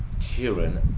children